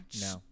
No